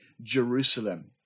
Jerusalem